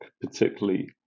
particularly